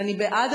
ואני בעד